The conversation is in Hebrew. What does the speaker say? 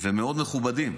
מאוד ומאוד מכובדים.